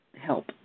help